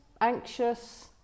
anxious